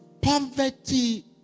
poverty